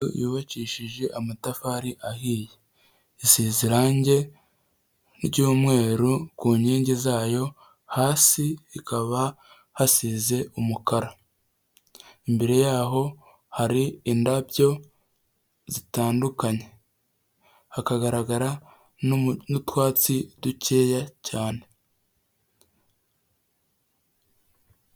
Yubakishije amatafari ahiye isize irangi ry'umweru ku nkingi zayo hasi hakaba hasize umukara, imbere yaho hari indabyo zitandukanye, hakagaragara n'utwatsi dukeya cyane.